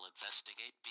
investigate